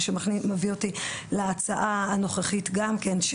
מה שמביא אותי להצעה הנוכחית גם כן,